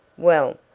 well,